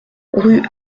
rue